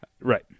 right